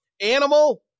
Animal